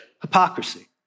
hypocrisy